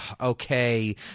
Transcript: okay